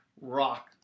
rock